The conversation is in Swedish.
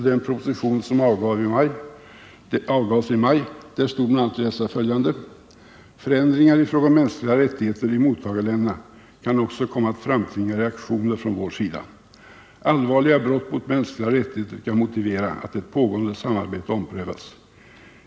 Där stod bl.a. att läsa följande om de mänskliga rättigheterna: ”Förändringar i detta avseende i mottagarländerna kan också komma att framtvinga reaktioner från vår sida. Allvarliga brott mot mänskliga rättigheter kan motivera att ett pågående samarbete omprövas.